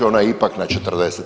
Ona je ipak na 40.